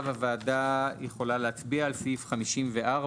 עכשיו הוועדה יכולה להצביע על סעיף 54,